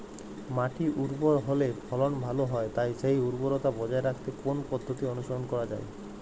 মাটি উর্বর হলে ফলন ভালো হয় তাই সেই উর্বরতা বজায় রাখতে কোন পদ্ধতি অনুসরণ করা যায়?